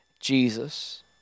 Jesus